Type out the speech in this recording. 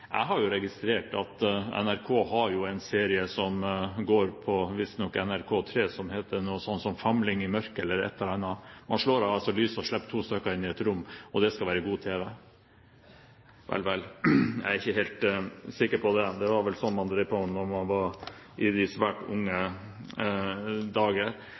Jeg har registrert at NRK har en serie som visstnok går på NRK3, og som heter noe sånt som Famling i mørke. Man slår av lyset og slipper to stykker inn i et rom, og det skal være god tv. Vel, vel – jeg er ikke helt sikker på det. Det var vel sånt man drev på med i svært unge dager.